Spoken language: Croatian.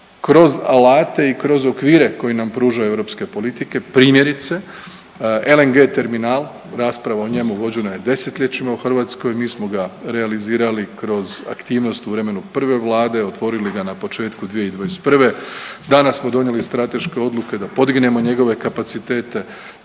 kroz alate i kroz okvire koje nam pružaju europske politike, primjerice, LNG terminal, rasprava o njemu vođena je desetljećima u Hrvatskoj, mi smo ga realizirali kroz aktivnost u vremenu prve Vlade, otvorili ga na početku 2021., danas smo donijeli strateške odluke da podignemo njegove kapacitete,